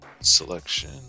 selection